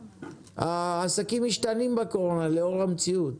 העסקים משתנים בקורונה לאור המציאות,